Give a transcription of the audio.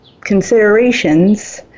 considerations